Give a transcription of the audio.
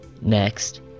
next